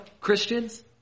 Christians